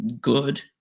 good